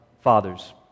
fathers